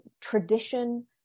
tradition